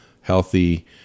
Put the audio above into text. healthy